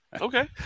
Okay